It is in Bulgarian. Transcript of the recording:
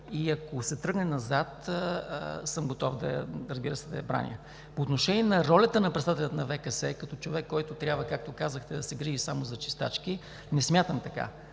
и ако се тръгне назад, съм готов, разбира се, да я браня. По отношение на ролята на председателя на ВКС, като човек, който трябва, както казахте, да се грижи само за чистачки, не смятам така.